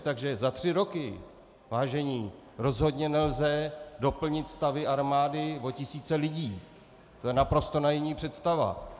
Takže za tři roky, vážení, rozhodně nelze doplnit stavy armády o tisíce lidí, to je naprosto naivní představa.